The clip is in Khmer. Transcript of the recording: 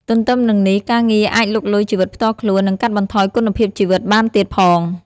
ទទ្ទឹមនឹងនេះ ការងារអាចលុកលុយជីវិតផ្ទាល់ខ្លួន និងកាត់បន្ថយគុណភាពជីវិតបានទៀតផង។